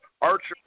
Archer